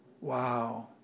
Wow